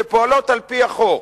שפועלות על-פי החוק,